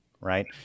right